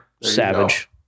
Savage